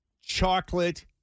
chocolate